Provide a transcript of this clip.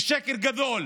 ושקר גדול.